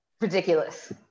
Ridiculous